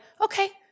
okay